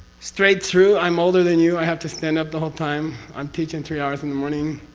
straight through. i'm older than you, i have to stand up the whole time. i'm teaching three hours in the morning,